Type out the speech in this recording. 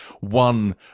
one